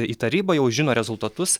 į tarybą jau žino rezultatus